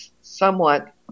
somewhat